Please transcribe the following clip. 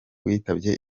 witabye